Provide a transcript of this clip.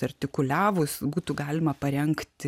artikuliavus būtų galima parengt